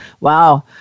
Wow